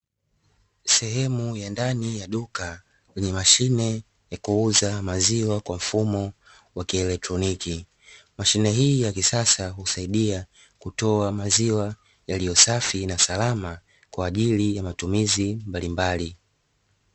Sehemu ya ndani ya duka lenye mashine ya kuuza maziwa kwa mfumo wa kielektroniki. Mashine hii ya kisasa husaidia kutoa maziwa yaliyo safi na salama kwa ajili ya matumizi mbalimbali.